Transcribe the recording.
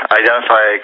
identify